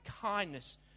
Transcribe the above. kindness